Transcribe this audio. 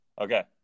Okay